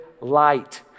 light